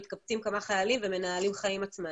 מתקבצים כמה חיילים ומנהלים חיים עצמאיים.